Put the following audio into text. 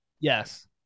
Yes